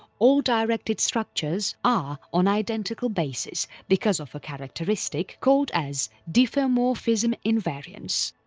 all direct structures are on identical basis because of a characteristic called as diffeomorphism invariance.